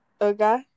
Okay